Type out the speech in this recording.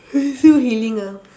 he still healing ah